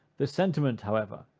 this sentiment however,